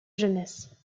jeunesse